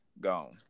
gone